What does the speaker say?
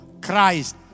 Christ